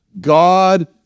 God